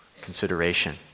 consideration